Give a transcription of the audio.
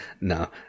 no